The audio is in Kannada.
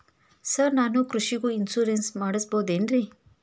ಸರ್ ನಾನು ಕೃಷಿಗೂ ಇನ್ಶೂರೆನ್ಸ್ ಮಾಡಸಬಹುದೇನ್ರಿ?